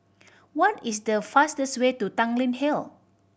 what is the fastest way to Tanglin Hill